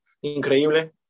increíble